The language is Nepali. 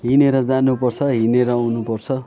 हिँडेर जानुपर्छ हिँडेर आउनुपर्छ